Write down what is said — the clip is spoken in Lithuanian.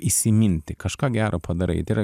įsiminti kažką gero padarai tai yra